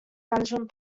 management